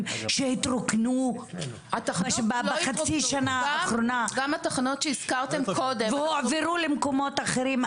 שהתרוקנו בחצי השנה האחרונה והועברו למקומות אחרים?